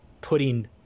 putting